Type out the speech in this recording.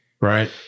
Right